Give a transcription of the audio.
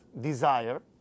desire